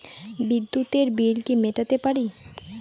বিদ্যুতের বিল কি মেটাতে পারি?